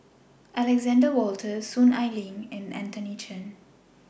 Alexander Wolters Soon Ai Ling and Anthony Chen